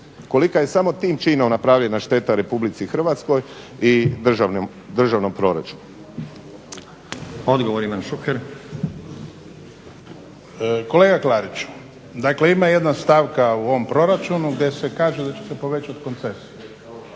Koliko je samo tim činom napravljena šteta Republici Hrvatskoj i državnom proračunu? **Stazić, Nenad (SDP)** Odgovor Ivan Šuker. **Šuker, Ivan (HDZ)** Kolega Klariću, dakle ima jedna stavka u ovom proračunu gdje se kaže da će se povećati koncesije,